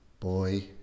Boy